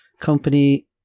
company